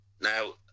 now